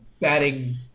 batting